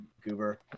Goober